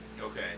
okay